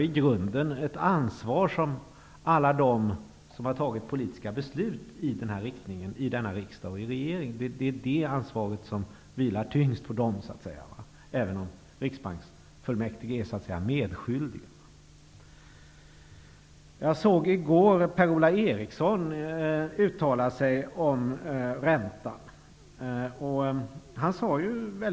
I grunden vilar ändå ansvaret tyngst på alla dem som i riksdagen och regeringen har fattat politiska beslut i den här riktningen -- även om Riksbanksfullmäktige är medskyldigt. I går såg jag Per-Ola Eriksson uttala sig om räntan.